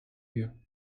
you